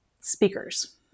speakers